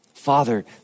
Father